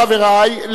חברי,